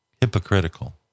hypocritical